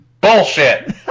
Bullshit